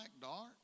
dark